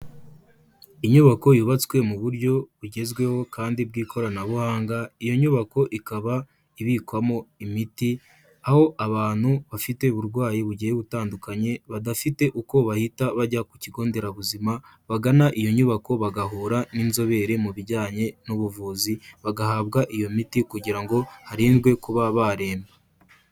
Inyubako yubatswe mu buryo bugezweho kandi bw'ikoranabuhanga, iyo nyubako ikaba ibikwamo imiti aho abantu bafite uburwayi bugiye butandukanye, badafite uko bahita bajya ku kigo nderabuzima, bagana iyo nyubako bagahura n'inzobere mu bijyanye n'ubuvuzi, bagahabwa iyo miti kugira ngo harindwe kuba baremba.